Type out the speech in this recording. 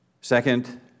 Second